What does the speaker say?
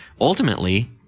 ultimately